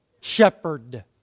shepherd